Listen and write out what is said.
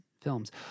films